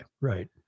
right